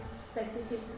specific